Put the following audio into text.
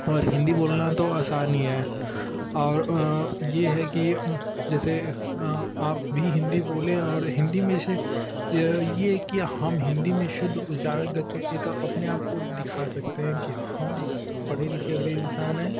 और हिंदी बोलना तो आसान ही है और ये है कि जैसे आप भी हिंदी बोलें हिंदी में जैसे ये कि हम हिंदी में शुद्ध उच्चारण करके एक अपने आप को दिखा सकते हैं कि हम एक पढ़े लिखे भी इंसान हैं